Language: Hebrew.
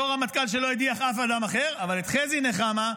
אותו רמטכ"ל שלא הדיח אף אדם אחר, אבל חזי נחמה,